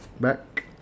back